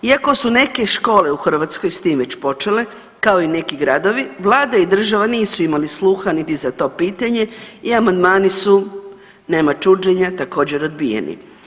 Iako su neke škole u Hrvatskoj s tim već počele kao i neki gradovi, vlada i država nisu imali sluha niti za to pitanje i amandmani su, nema čuđenja, također odbijeni.